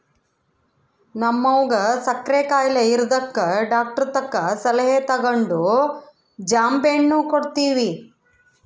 ನಮ್ವಗ ಸಕ್ಕರೆ ಖಾಯಿಲೆ ಇರದಕ ಡಾಕ್ಟರತಕ ಸಲಹೆ ತಗಂಡು ಜಾಂಬೆಣ್ಣು ಕೊಡ್ತವಿ